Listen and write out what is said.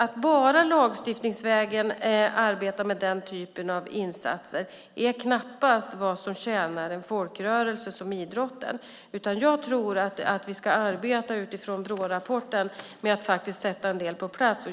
Att bara lagstiftningsvägen arbeta med den typen av insatser är knappast vad som tjänar en folkrörelse som idrotten, utan jag tror att vi ska arbeta utifrån Brårapporten med att faktiskt sätta en del på plats.